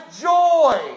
joy